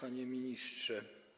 Panie Ministrze!